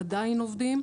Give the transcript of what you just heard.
ועדיין עובדים.